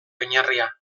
oinarria